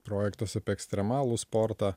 projektas apie ekstremalų sportą